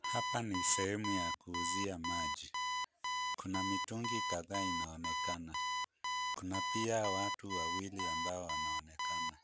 Hapa ni sehemu ya kuuzia maji. Kuna mitungi kadhaa inaonekana. Kuna pia watu wawili ambao wanaonekana.